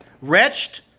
wretched